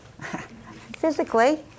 Physically